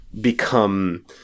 become